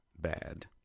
bad